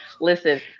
Listen